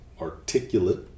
articulate